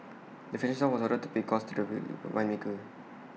the fashion house was ordered to pay costs to the winemaker